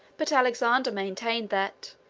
but alexander maintained that,